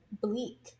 bleak